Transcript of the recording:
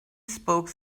spoke